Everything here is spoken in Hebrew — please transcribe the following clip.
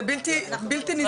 זה בלתי נסבל.